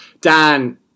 Dan